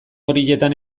horietan